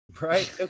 right